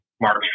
March